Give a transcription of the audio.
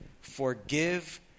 forgive